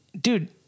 dude